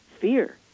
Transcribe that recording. fear